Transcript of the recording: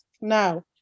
now